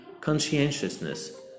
Conscientiousness